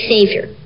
Savior